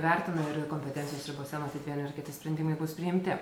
vertina ir kompetencijos ribose matyt vieni ir kiti sprendimai bus priimti